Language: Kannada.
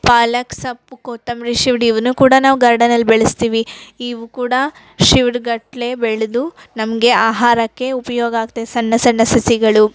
ಪಾಲಕ್ ಸೊಪ್ಪು ಕೊತ್ತಂಬ್ರಿ ಶಿವ್ಡು ಇವನ್ನೂ ಕೂಡ ನಾವು ಗಾರ್ಡನಲ್ಲಿ ಬೆಳೆಸ್ತೀವಿ ಇವು ಕೂಡ ಶಿವ್ಡುಗಟ್ಟಲೆ ಬೆಳೆದು ನಮಗೆ ಆಹಾರಕ್ಕೆ ಉಪಯೋಗ ಆಗತ್ತೆ ಸಣ್ಣ ಸಣ್ಣ ಸಸಿಗಳು